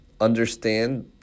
understand